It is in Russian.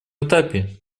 этапе